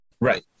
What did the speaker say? Right